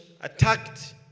attacked